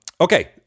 Okay